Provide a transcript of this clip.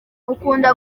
ukunda